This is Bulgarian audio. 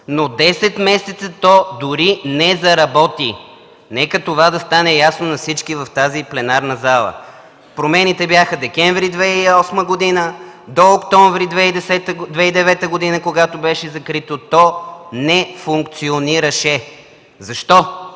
десет месеца то дори не заработи. Нека това да стане ясно на всички в тази пленарна зала. Промените бяха от декември 2008 г. до октомври 2009 г., когато беше закрито, то не функционираше. Защо?